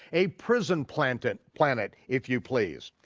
a prison planet planet if you please.